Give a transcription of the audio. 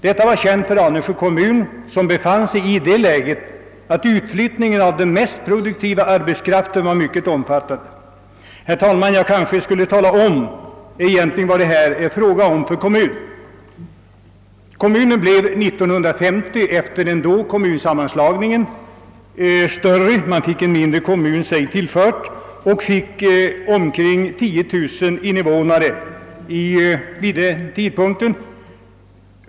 Detta var känt för Anundsjö kommun, som hade en mycket omfattande utflyttning av den mest produktiva arbetskraften. Jag skall kanske, herr talman, lämna några uppgifter om den kommun som det här är fråga om. Kommunen blev år 1950 utökad genom den då genomförda kommunsammanslagningen, varvid den blev tillförd en annan kommun. Invånarantalet blev då cirka 10 900 personer.